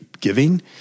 giving